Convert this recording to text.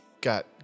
got